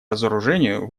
разоружению